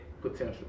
Potential